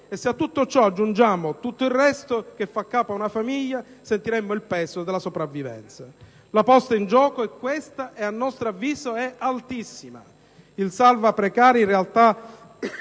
Se a questo aggiungiamo tutto ciò che fa capo ad una famiglia sentiremmo il peso della sopravvivenza. La posta in gioco è questa, ed a nostro avviso è altissima. Il cosiddetto salva precari, in realtà,